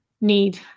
need